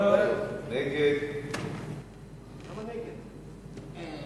ההצעה שלא לכלול את הנושא בסדר-היום של הכנסת